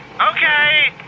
Okay